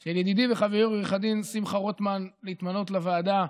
של ידידי וחברי עו"ד שמחה רוטמן להתמנות לוועדה.